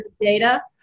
data